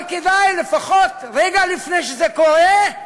אבל כדאי לפחות, רגע לפני שזה קורה,